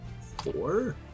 Four